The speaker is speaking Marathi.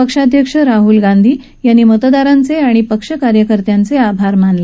पक्षाध्यक्ष राह्ल गांधी यांनी मतदारांचे तसंच पक्ष कार्यकर्त्यांचे आभार मानले